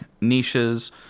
niches